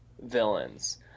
Villains